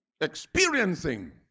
Experiencing